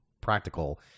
practical